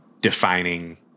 defining